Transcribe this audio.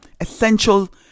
essential